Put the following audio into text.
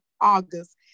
August